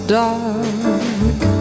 dark